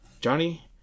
Johnny